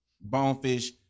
Bonefish